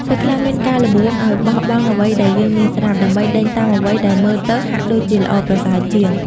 ពេលខ្លះមានការល្បួងឲ្យបោះបង់អ្វីដែលយើងមានស្រាប់ ដើម្បីដេញតាមអ្វីដែលមើលទៅហាក់ដូចជាល្អប្រសើរជាង។